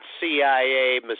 CIA